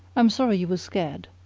i'm sorry you were scared.